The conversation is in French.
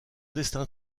destin